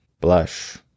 blush